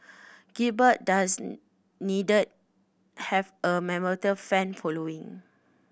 Gilbert does need have a mammoth fan following